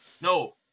no